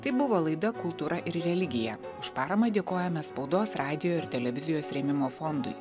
tai buvo laida kultūra ir religija už paramą dėkojame spaudos radijo ir televizijos rėmimo fondui